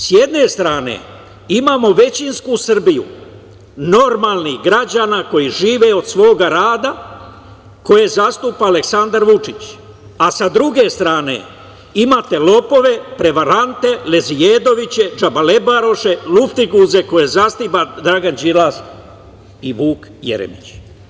S jedne strane, imamo većinsku Srbiju normalnih građana koji žive od svog rada koje zastupa Aleksandar Vučić, a sa druge strane imate lopove, prevarante, lezijedoviće, džabalebaroše, luftiguze koje zasniva Dragan Đilas i Vuk Jeremić.